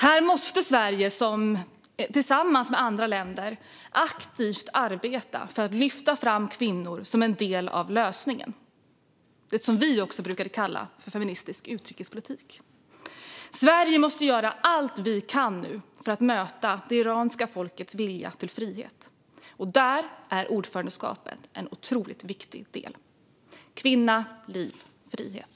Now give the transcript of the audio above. Här måste Sverige tillsammans med andra länder aktivt arbeta för att lyfta fram kvinnor som en del av lösningen. Det är det som vi brukat kalla för feministisk utrikespolitik. Sverige måste göra allt vi kan för att möta det iranska folkets vilja till frihet. Där är ordförandeskapet en otroligt viktig del. Kvinna, liv, frihet!